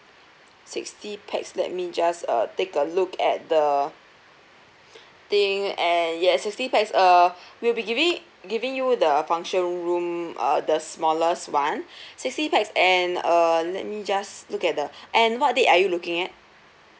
sixty pax let me just uh take a look at the thing and yes sixty pax uh we'll be giving giving you the function room uh the smallest [one] sixty pax and uh let me just look at the and what date are you looking at